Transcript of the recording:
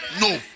no